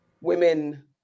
women